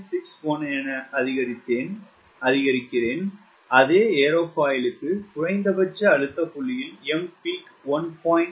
61 என அதிகரிக்கிறேன் அதிகரிக்கிறேன் அதே ஏரோபியில்க்கு குறைந்தபட்ச அழுத்த புள்ளியில் Mpeak 1